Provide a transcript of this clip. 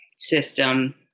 system